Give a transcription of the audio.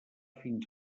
fins